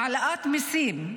העלאת מיסים,